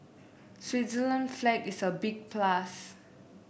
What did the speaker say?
Switzerland flag is a big plus